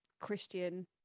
Christian